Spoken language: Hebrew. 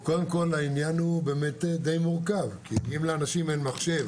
העניין הוא באמת די מורכב כי אם לאנשים אין מחשב